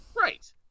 Right